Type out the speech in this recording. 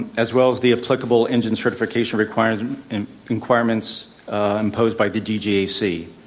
as well as the applicable engine certification requirements and requirements imposed by the dgac.